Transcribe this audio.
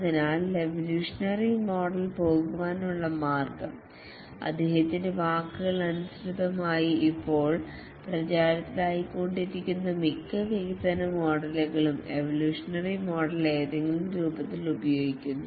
അതിനാൽ evolutionary model പോകാനുള്ള മാർഗ്ഗം അദ്ദേഹത്തിന്റെ വാക്കുകൾക്ക് അനുസൃതമായി ഇപ്പോൾ പ്രചാരത്തിലായിക്കൊണ്ടിരിക്കുന്ന മിക്ക വികസന മോഡലുകളും എവൊല്യൂഷനറി മോഡൽ ഏതെങ്കിലും രൂപത്തിൽ ഉപയോഗിക്കുന്നു